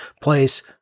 place